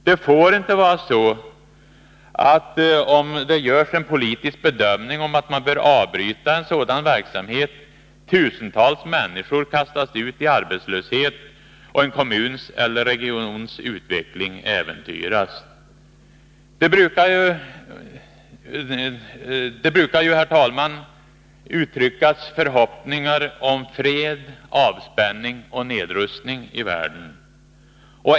Det får inte vara så, att om det görs en politisk bedömning som innebär att man bör avbryta en sådan verksamhet, tusentals människor kastas ut i arbetslöshet och en kommuns eller en regions utveckling äventyras. Det brukar ju, herr talman, uttryckas förhoppningar om fred, avspänning och nedrustning i världen.